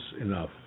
enough